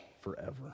forever